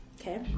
Okay